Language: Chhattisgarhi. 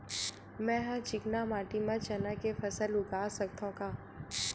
मै ह चिकना माटी म चना के फसल उगा सकथव का?